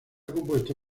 compuesto